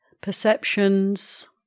Perceptions